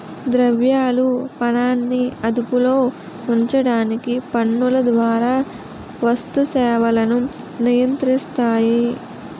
ద్రవ్యాలు పనాన్ని అదుపులో ఉంచడానికి పన్నుల ద్వారా వస్తు సేవలను నియంత్రిస్తాయి